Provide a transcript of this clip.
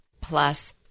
plus